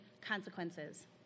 consequences